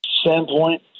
standpoint